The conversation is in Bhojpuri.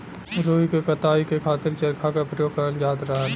रुई क कताई के खातिर चरखा क परयोग करल जात रहल